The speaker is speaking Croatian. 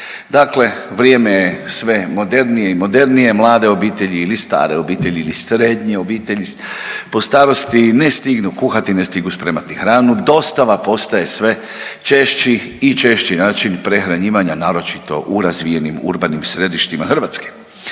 Dakle, vrijeme je sve modernije i modernije, mlade obitelji ili stare obitelji ili srednje obitelji po starosti ne stignu kuhati, ne stignu spremati hranu. Dostava postaje sve češći i češći način prehranjivanja naročito u razvijenim, urbanim središtima Hrvatske.